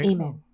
Amen